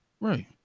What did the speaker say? Right